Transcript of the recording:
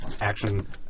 action